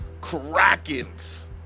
Krakens